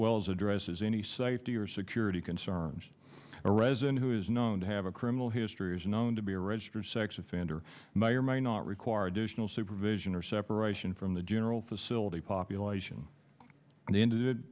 well as addresses any safety or security concerns a resident who is known to have a criminal history is known to be a registered sex offender and may or may not require additional supervision or separation from the general facility population and the